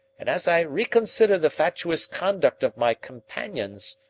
and as i reconsider the fatuous conduct of my companions,